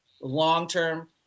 Long-term